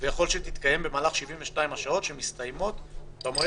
אלה בעצם הדברים שהיו לגביהם שאלות וסיכמנו לגביהם.